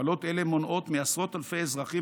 הגבלות אלה מונעות מעשרות אלפי אזרחים